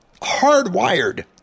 hardwired